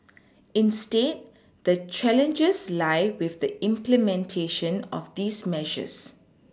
instead the challenges lie with the implementation of these measures